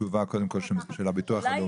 תגובה קודם כל של הביטוח הלאומי.